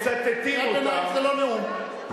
קריאת ביניים זה לא נאום.